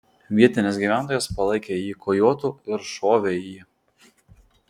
vietinis gyventojas palaikė jį kojotu ir šovė į jį